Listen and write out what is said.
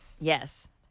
Yes